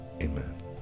amen